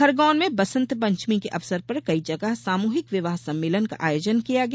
खरगौन में बसंत पंचमी के अवसर पर कई जगह सामूहिक विवाह सम्मेलन का आयोजन किया गया